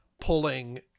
pulling